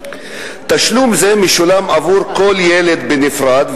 תשלום זה משולם עבור כל ילד בנפרד,